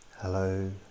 Hello